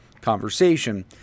conversation